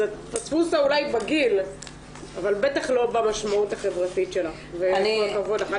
אז את פספוסה אולי בגיל אבל בטח לא במשמעות החברתית שלך וכל הכבוד לך.